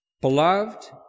beloved